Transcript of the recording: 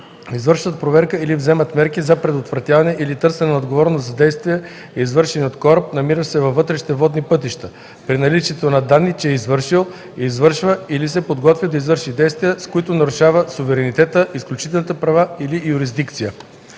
извършат проверка или вземат мерки за предотвратяване или търсене на отговорност за действия, извършени от кораб, намиращ се във вътрешните водни пътища, при наличието на данни, че е извършил, извършва или се подготвя да извърши действия, с които нарушава суверенитета, изключителните права или юрисдикция.